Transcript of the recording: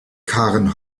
karen